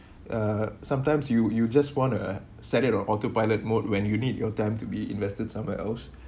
uh sometimes you you just want to uh set it on autopilot mode when you need your time to be invested somewhere else